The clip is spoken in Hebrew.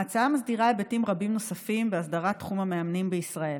ההצעה מסדירה היבטים נוספים רבים בהסדרת תחום המאמנים בישראל.